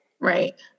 Right